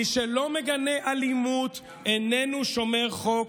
מי שלא מגנה אלימות איננו שומר חוק,